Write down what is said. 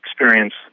experience